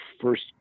first